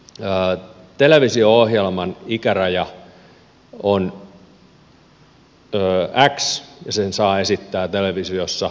esimerkiksi televisio ohjelman ikäraja on x ja ohjelman saa esittää televisiossa aikaan x